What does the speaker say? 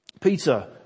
Peter